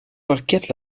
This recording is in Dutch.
parket